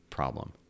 problem